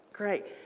Great